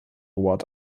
award